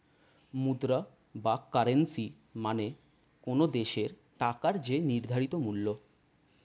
মুদ্রা বা কারেন্সী মানে কোনো দেশের টাকার যে নির্ধারিত মূল্য